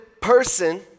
person